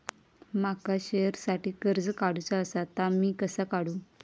माका शेअरसाठी कर्ज काढूचा असा ता मी कसा काढू?